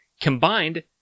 combined